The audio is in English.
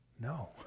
No